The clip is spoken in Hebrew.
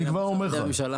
אני כבר אומר לך,